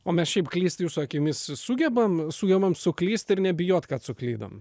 o mes šiaip klyst jūsų akimis sugebam sugebam suklyst ir nebijot kad suklydom